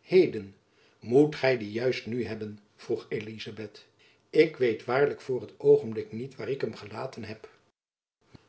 heden moet gy dien juist nu hebben vroeg elizabeth ik weet waarlijk voor t oogenblik niet waar ik hem gelaten heb